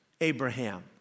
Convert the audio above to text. Abraham